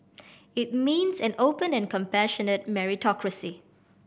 it means an open and compassionate meritocracy